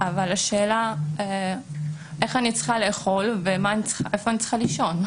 אבל השאלה איך אני צריכה לאכול ואיפה אני צריכה לישון?